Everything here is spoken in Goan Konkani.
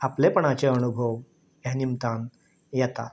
आपलेपणाचे अणभव ह्या निमतान येतात